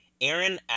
Aaron